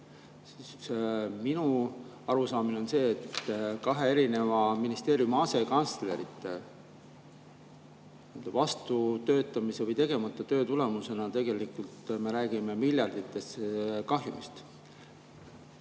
Minu arusaamine on see, et kahe erineva ministeeriumi asekantslerite vastutöötamise või tegemata töö tulemusena me tegelikult räägime miljardites kahjumist.